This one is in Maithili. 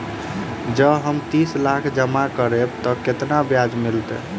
जँ हम तीस लाख जमा करबै तऽ केतना ब्याज मिलतै?